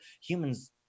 humans